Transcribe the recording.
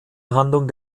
handlung